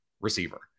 receiver